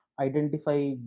identify